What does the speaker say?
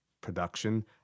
production